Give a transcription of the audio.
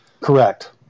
Correct